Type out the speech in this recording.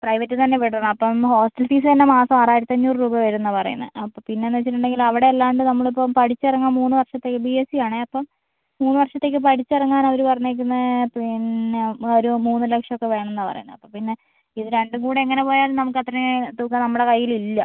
പ്രൈവറ്റിൽ തന്നെ വിടണം അപ്പം ഹോസ്റ്റൽ ഫീസ് തന്നെ മാസം ആറായിരത്തഞ്ഞൂറു രൂപ വരും എന്നാണ് പറയുന്നത് അപ്പം പിന്നെ എന്ന് വെച്ചിട്ടുണ്ടെങ്കിൽ അവിടെ അല്ലാണ്ട് നമ്മളിപ്പം പഠിച്ചിറങ്ങാൻ മൂന്നുവർഷത്തേക്ക് ബി എസ് സി ആണേ അപ്പം മൂന്നുവർഷത്തേക്ക് പഠിച്ചിറങ്ങാൻ അവർ പറഞ്ഞിരിക്കുന്നത് പിന്നെ ഒരു മൂന്നുലക്ഷമൊക്കെ വേണം എന്നാണ് പറയുന്നത് അപ്പോൾ പിന്നെ ഇതുരണ്ടും കൂടെ എങ്ങനെപോയാലും നമുക്കത്രയും തുക നമ്മുടെ കൈയിലില്ല